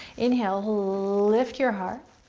inhale, lift your heart.